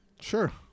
Sure